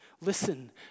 Listen